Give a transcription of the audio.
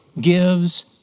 gives